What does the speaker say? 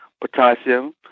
potassium